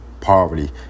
poverty